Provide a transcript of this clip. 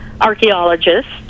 archaeologists